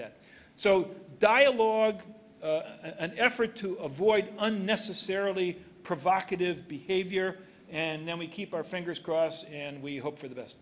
that so dialogue and effort to avoid unnecessarily provocative behavior and then we keep our fingers crossed and we hope for the best